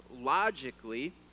logically